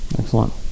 Excellent